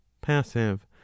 passive